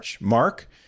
mark